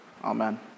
Amen